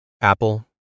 apple